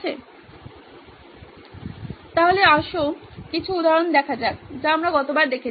সুতরাং আসুন কিছু উদাহরণ দেখি যা আমরা গতবার দেখেছিলাম